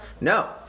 No